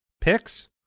picks